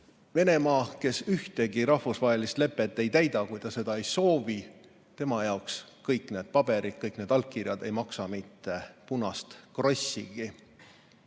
Venemaa, kes ühtegi rahvusvahelist lepet ei täida, kui ta seda ei soovi, tema jaoks ei maksa kõik need paberid, kõik need allkirjad mitte punast krossigi.